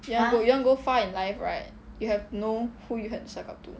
you want to you want go far in life right you have to know who you have to suck up to